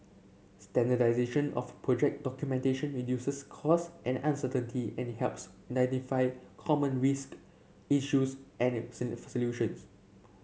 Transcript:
standardisation of project documentation reduces cost and uncertainty and helps identify common risk issues and solutions